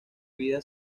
vida